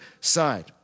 side